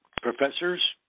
professors